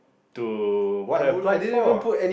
to what I applied for